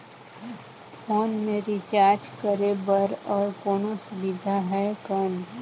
Phone मे recharge करे बर और कोनो सुविधा है कौन?